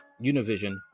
Univision